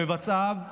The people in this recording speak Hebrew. במבצעיו ובשולחיו,